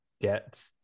get